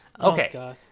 Okay